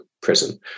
prison